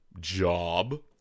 job